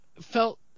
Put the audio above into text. felt